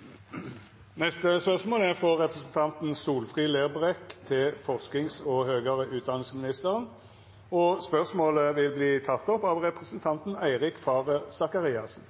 neste spørjetime, då statsråden er bortreist. Dette spørsmålet er trekt tilbake. Dette spørsmålet er trekt tilbake. Dette spørsmålet er trekt tilbake. Dette spørsmålet, frå representanten Solfrid Lerbrekk til forskings- og høgare utdanningsministeren, vert teke opp av representanten Eirik Faret Sakariassen.